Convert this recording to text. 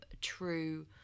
true